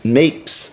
makes